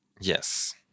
Yes